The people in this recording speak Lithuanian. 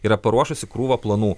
yra paruošusi krūvą planų